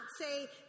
say